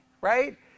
right